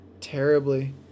terribly